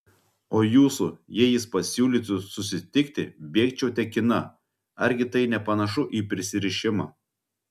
o jūsų jei jis pasiūlytų susitikti bėgčiau tekina argi tai nepanašu į prisirišimą